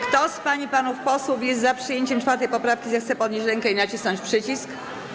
Kto z pań i panów posłów jest za przyjęciem 4. poprawki, zechce podnieść rękę i nacisnąć przycisk.